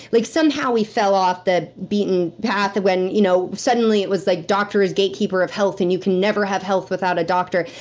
like somehow we fell off the beaten path when you know suddenly it was like doctor is gatekeeper of health, and you can never have health without a doctor.